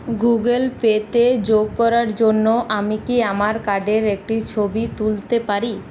Google পেতে যোগ করার জন্য আমি কি আমার কার্ডের একটি ছবি তুলতে পারি